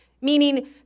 Meaning